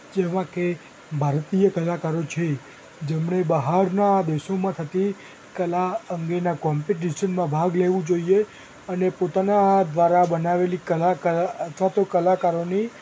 જેવા કે ભારતીય કલાકારો છે જેમણે બહારના દેશોમાં થતી કલા અંગેના કૉમ્પિટિશનમાં ભાગ લેવું જોઈએ અને પોતાના દ્વારા બનાવેલી કલા અથવા તો કલાકારોની